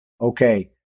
Okay